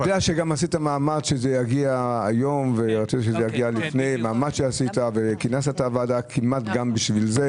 אני יודע שגם עשית מאמץ שזה יגיע היום וכינסת את הוועדה גם בשביל זה.